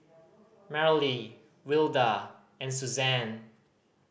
Merrilee Wilda and Suzanne